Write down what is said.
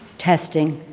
testing,